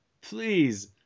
please